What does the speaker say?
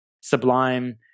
sublime